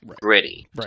gritty